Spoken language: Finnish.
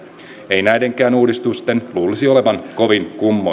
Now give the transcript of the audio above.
ei näidenkään uudistusten luulisi olevan kovin kummoisia